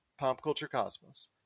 PopCultureCosmos